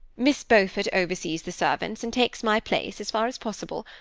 miss beaufort oversees the servants, and takes my place as far as possible.